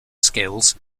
skills